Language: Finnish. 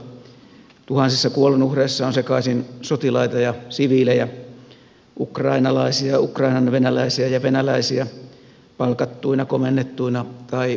tuhansissa kuolonuhreissa on sekaisin sotilaita ja siviilejä ukrainalaisia ukrainanvenäläisiä ja venäläisiä palkattuina komennettuina tai vapaaehtoisina